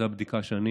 זאת הבדיקה שאני